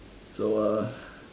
so uh